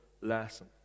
lesson